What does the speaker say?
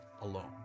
alone